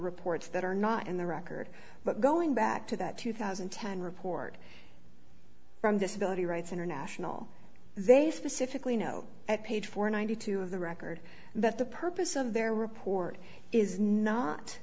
reports that are not in the record but going back to that two thousand and ten report from disability rights international they specifically know at page four ninety two of the record that the purpose of their report is not